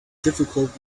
difficult